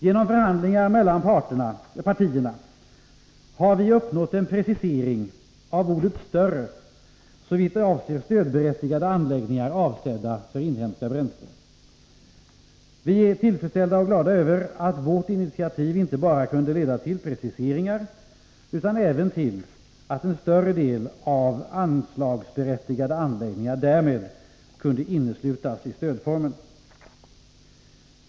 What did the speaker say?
Genom förhandlingar mellan partierna har vi uppnått en precisering av ordet ”större” såvitt avser stödberättigade anläggningar avsedda för inhemska bränslen. Vi är tillfredsställda och glada över att vårt initiativ inte bara kunde leda till precisering utan även till att en större del av anslagsberättigade anläggningar därmed kan omfattas av stödformen.